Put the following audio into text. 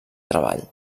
treball